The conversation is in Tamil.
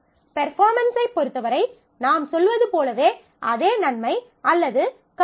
பெர்பார்ம்மன்ஸ்சைப் பொறுத்தவரை நாம் சொல்வது போலவே அதே நன்மை அல்லது காஸ்ட் உள்ளன